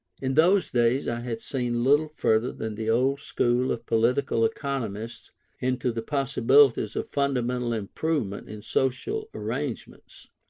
in those days i had seen little further than the old school of political economists into the possibilities of fundamental improvement in social arrangements.